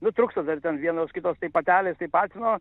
nu trūksta dar ten vienos kitos tai patelės tai patino